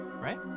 right